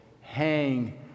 hang